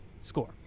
score